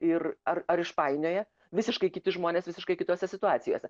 ir ar ar išpainioja visiškai kiti žmonės visiškai kitose situacijose